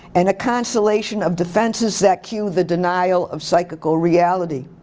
and a consolation of defenses that queue the denial of psychical reality.